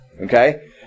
Okay